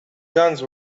guns